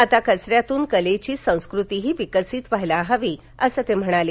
आता कघऱ्यातून कलेची संस्कृतीही विकसित व्हायला हवी असं ते म्हणाले